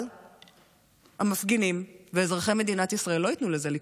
אבל המפגינים ואזרחי מדינת ישראל לא ייתנו לזה לקרות,